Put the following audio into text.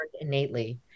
innately